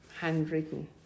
handwritten